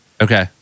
Okay